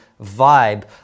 vibe